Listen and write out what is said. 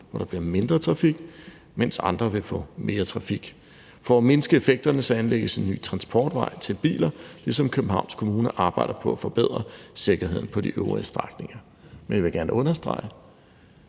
hvor der bliver mindre trafik, mens andre vil få mere trafik. For at mindske effekterne anlægges en ny transportvej til biler, ligesom Københavns Kommune arbejder på at forbedre sikkerheden på de øvrige strækninger. Men jeg vil gerne understrege,